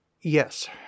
yes